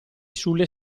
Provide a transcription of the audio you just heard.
sulle